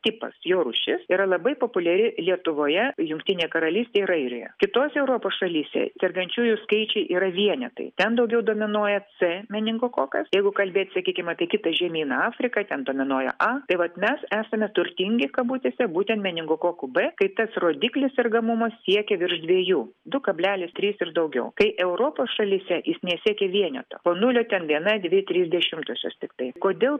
tipas jo rūšis yra labai populiari lietuvoje jungtinėj karalystėj ir airijoje kitose europos šalyse sergančiųjų skaičiai yra vienetai ten daugiau dominuoja c meningokokas jeigu kalbėt sakykim apie kitą žemyną afriką ten dominuoja a tai vat mes esame turtingi kabutėse būtent meningokoku b kai tas rodiklis sergamumo siekia virš dviejų du kablelis trys ir daugiau kai europos šalyse jis nesiekia vieneto po nulio ten viena dvi trys dešimtosios tiktai kodėl